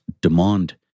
demand